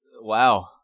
Wow